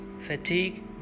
fatigue